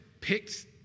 picked